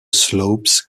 slopes